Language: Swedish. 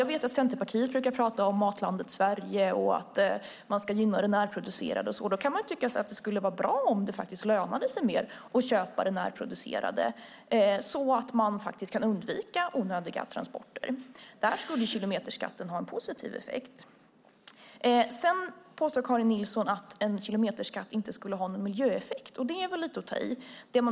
Jag vet att Centerpartiet brukar prata om matlandet Sverige och att man ska gynna det närproducerade. Då kan man ju tycka att det skulle vara bra om det lönade sig mer att köpa det närproducerade så att man kan undvika onödiga transporter. Där skulle kilometerskatten ha en positiv effekt. Sedan påstår Karin Nilsson att en kilometerskatt inte skulle ha någon miljöeffekt. Det är väl lite att ta i.